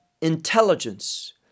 intelligence